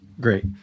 great